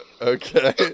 Okay